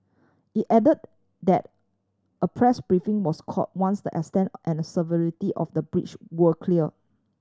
it added that a press briefing was called once the extent and severity of the breach were clear